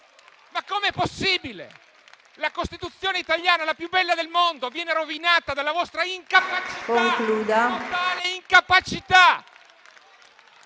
Com'è possibile? La Costituzione italiana, la più bella del mondo, viene rovinata dalla vostra totale incapacità.